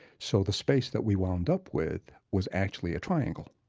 so the space that we wound up with was actually a triangle.